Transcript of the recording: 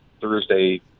Thursday